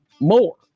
more